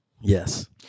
Yes